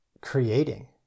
creating